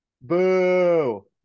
Boo